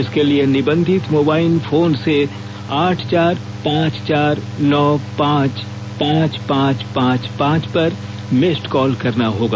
इसके लिए निबंधित मोबाइल फोन से आठ चार पांच चार नौ पांच पांच पांच पांच पांच पर मिस्डकॉल करना होगा